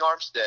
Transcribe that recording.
Armstead